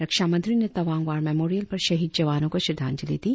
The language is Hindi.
रक्षामंत्री ने तवांग वार मेमोरियल पर शहीद जवानों को श्रद्धांजलि दी